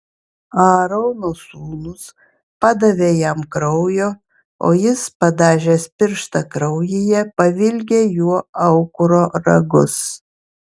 aarono sūnūs padavė jam kraujo o jis padažęs pirštą kraujyje pavilgė juo aukuro ragus